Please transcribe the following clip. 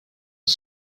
are